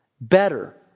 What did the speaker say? Better